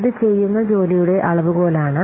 ഇത് ചെയ്യുന്ന ജോലിയുടെ അളവുകോലാണ്